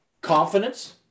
confidence